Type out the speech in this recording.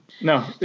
No